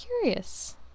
curious